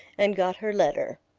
and got her letter.